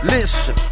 Listen